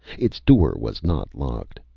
its door was not locked.